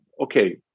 okay